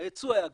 היצוא היה גבוה,